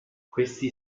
questi